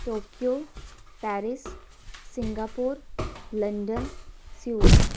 Tokyo Paris Singapore London Seoul